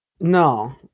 No